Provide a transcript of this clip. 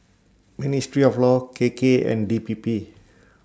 Ministry of law K K and D P P